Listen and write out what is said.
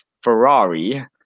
Ferrari